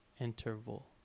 interval